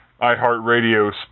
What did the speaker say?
iHeartRadio